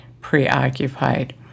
preoccupied